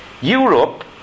Europe